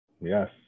Yes